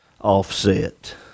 offset